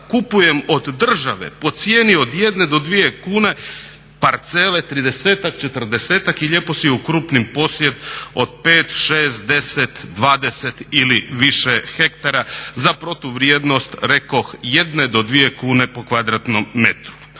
kupujem od države po cijeni od 1 do 2 kune parcele 30-ak, 40-ak i lijepo si okrupnim posjed od 5, 6, 10, 20 ili više hektara za protuvrijednost rekoh 1 do 2 kune po kvadratnom metru.